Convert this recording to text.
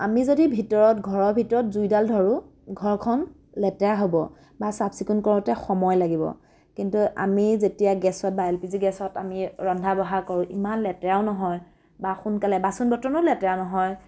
আমি যদি ভিতৰত ঘৰৰ ভিতৰত জুইডাল ধৰোঁ ঘৰখন লেতেৰা হ'ব বা চাফ চিকুণ কৰোঁতে সময় লাগিব কিন্তু আমি যেতিয়া গেছত বা এল পি জি গেছত আমি ৰন্ধা বঢ়া কৰোঁ ইমান লেতেৰাও নহয় বা সোনকালে বাচন বৰ্তনো লেতেৰাও নহয়